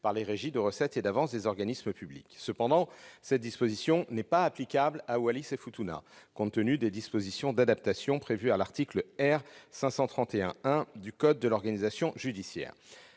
pour les régies de recettes et d'avances des organismes publics. Cependant, cette disposition n'est pas applicable à Wallis-et-Futuna, compte tenu des dispositions d'adaptation prévues à l'article R. 531-1 de ce code. La création d'une